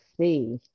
see